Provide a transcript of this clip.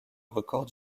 record